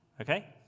Okay